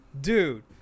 Dude